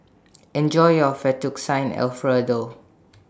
Enjoy your Fettuccine Alfredo